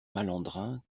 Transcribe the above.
malandrins